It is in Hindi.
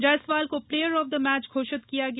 जायसवाल को प्लेयर ऑफ द मैच घोषित किया गया